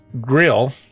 grill